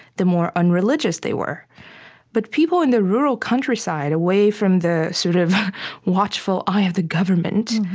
the more unreligious they were but people in the rural countryside, away from the sort of watchful eye of the government,